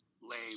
lame